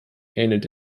ähnelt